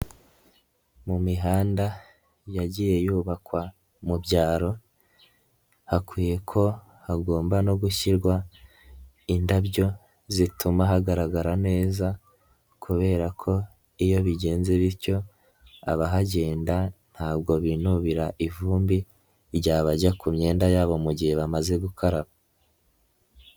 Mu mihanda yagiye yubakwa mu byaro hakwiye ko hagomba no gushyirwa indabyo zituma hagaragara neza kubera ko iyo bigenze bityo abahagenda ntabwo binubira ivumbi ryabajya ku myenda yabo mu gihe bamaze gukaraba.